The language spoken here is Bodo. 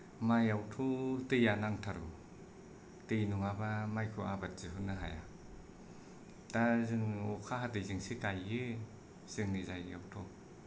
माइयावथ' दैया नांथारगौ दै नङाबा माइखौ आबाद दिहुननो हाया दा जोङो अखा हादैजोंसो गायो जोंनि जायगायावथ'